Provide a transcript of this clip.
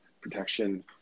protection